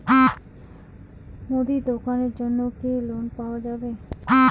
মুদি দোকানের জন্যে কি লোন পাওয়া যাবে?